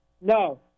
No